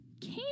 came